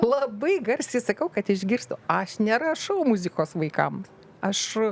labai garsiai sakau kad išgirstų aš nerašau muzikos vaikams aš